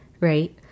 right